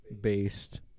Based